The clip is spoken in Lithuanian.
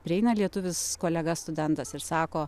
prieina lietuvis kolega studentas ir sako